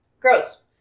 Gross